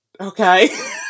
okay